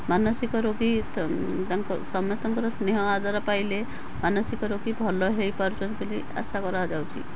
ମାନସିକ ରୋଗୀ ତ ତାଙ୍କ ସମସ୍ତଙ୍କର ସ୍ନେହ ଆଦର ପାଇଲେ ମାନସିକ ରୋଗୀ ଭଲ ହେଇପାରୁଛନ୍ତି ବୋଲି ଆଶା କରାଯାଉଛି